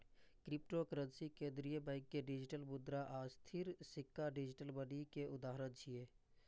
cryptocurrency, केंद्रीय बैंक के डिजिटल मुद्रा आ स्थिर सिक्का डिजिटल मनी के उदाहरण छियै